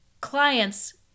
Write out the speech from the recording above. clients